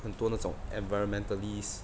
很多那种 environmentalists